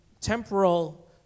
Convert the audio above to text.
temporal